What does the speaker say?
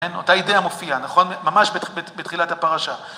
אותה הידיעה מופיעה, נכון? ממש בתחילת הפרשה.